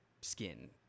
skin